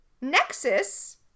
Nexus